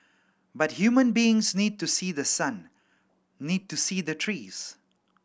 but human beings need to see the sun need to see the trees